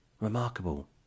remarkable